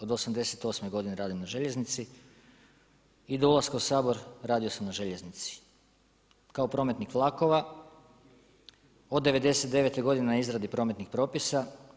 Od '88. godine radim na željeznici i dolaskom u Saboru radio sam na željeznici, kao prometnik vlakova, od '99. godine na izradi prometnih propisa.